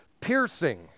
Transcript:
piercing